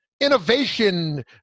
Innovation